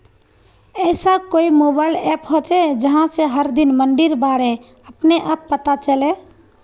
ऐसा कोई mobile app होचे जहा से हर दिन मंडीर बारे अपने आप पता चले?